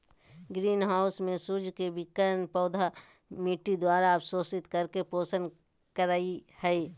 green house में सूर्य के विकिरण पौधा मिट्टी द्वारा अवशोषित करके पोषण करई हई